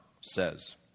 says